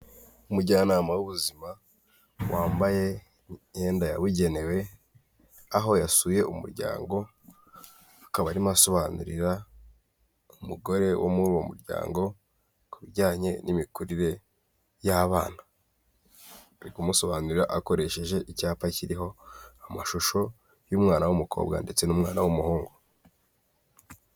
Umujyanama w'ubuzima wambaye imyenda yabugenewe, aho yasuye umuryango akaba arimo asobanurira ku mugore wo muri uwo muryango ku bijyanye n'imikurire y'abana. Ari kumusobanurira akoresheje icyapa kiriho amashusho y'umwana w'umukobwa ndetse n'umwana w'umuhungu.